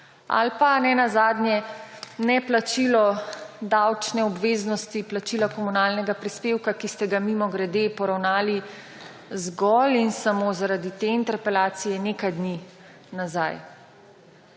Ali pa ne nazadnje neplačilo davčne obveznosti plačila komunalnega prispevka, ki ste ga mimogrede poravnali zgolj in samo zaradi te interpelacije nekaj dni nazaj.